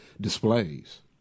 displays